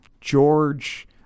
George